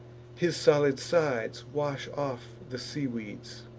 his solid sides wash off the seaweeds,